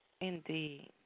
Indeed